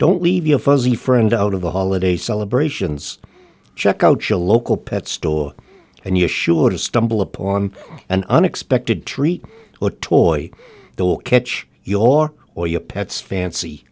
don't leave your fuzzy friend out of the holiday celebrations check out your local pet store and you assure to stumble upon an unexpected treat or toy that will catch your or your pets fancy